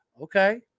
okay